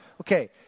Okay